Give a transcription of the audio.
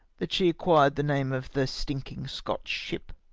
that she acquired the name of the stinking scotch ship.